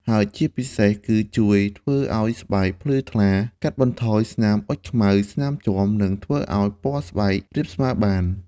ហើយជាពិសេសគឺជួយធ្វើឲ្យស្បែកភ្លឺថ្លា កាត់បន្ថយស្នាមអុជខ្មៅ ស្នាមជាំ និងធ្វើឲ្យពណ៌ស្បែករាបស្មើបាន។